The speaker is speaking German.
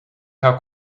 herr